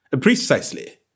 Precisely